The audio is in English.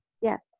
Yes